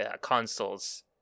consoles